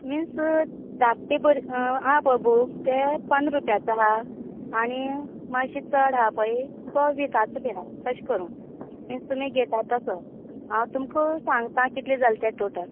means धाकटें बर आसा पळय बूक तें पंदरा रुपयाचो आसा आनी माश्शें चड आसा पळय तो विसाचो बीन तश करून मिन्स तुमी घेता तसो हांव तुमका सांगता कितलें जालें तें टोटल